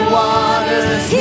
waters